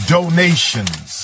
Donations